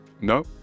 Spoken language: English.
No